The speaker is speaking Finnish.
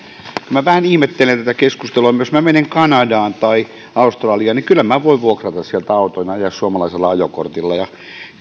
minä vähän ihmettelen tätä keskustelua jos minä menen kanadaan tai australiaan niin kyllä minä voin vuokrata sieltä auton ja ajaa suomalaisella ajokortilla